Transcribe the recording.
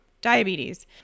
diabetes